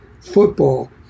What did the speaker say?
football